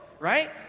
right